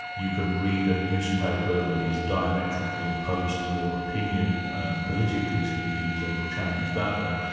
you can read a newspaper that is diametrically opposed to your opinion politically speaking, so you're challenged that way.